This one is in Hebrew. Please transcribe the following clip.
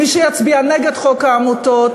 מי שיצביע נגד חוק העמותות,